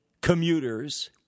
commuters